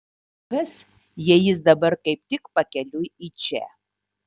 kas jei jis dabar kaip tik pakeliui į čia